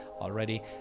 already